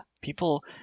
people